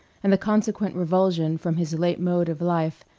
and the consequent revulsion from his late mode of life,